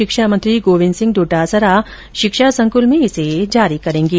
शिक्षा मंत्री गोविन्द सिंह डोटासरा शिक्षा संकुल में इसे जारी करेंगे